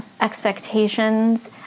expectations